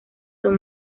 son